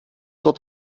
wird